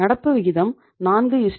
நடப்பு விகிதம் 4 1